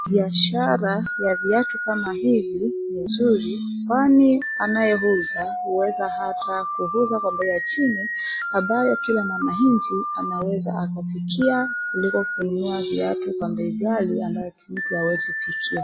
Biashara ya viatu kama hivi ni nzuri kwani anayeuza hueza hata kuuza kwa bei ya chini ambayo kila mwanchi anaweza akafikia kuliko kununua viatu kwa mbei ghali ambayo mtu hawezi fikia.